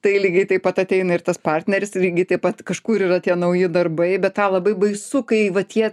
tai lygiai taip pat ateina ir tas partneris lygiai taip pat kažkur yra tie nauji darbai bet tą labai baisu kai va tie